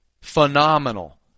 phenomenal